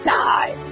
die